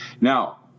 Now